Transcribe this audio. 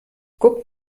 guck